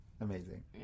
amazing